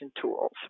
tools